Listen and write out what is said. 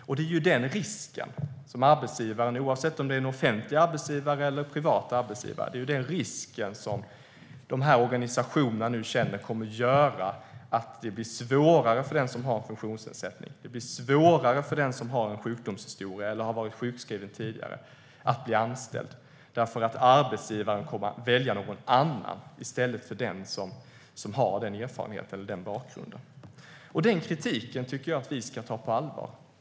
Oavsett om det är en privat eller offentlig arbetsgivare är det den risken som de här organisationerna nu känner kommer att göra det svårare att bli anställd för den som har en funktionsnedsättning eller en sjukdomshistoria eller för den som har varit sjukskriven tidigare. Arbetsgivaren kommer att välja någon annan i stället för den som har den erfarenheten eller bakgrunden. Den kritiken tycker jag att vi ska ta på allvar.